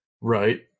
Right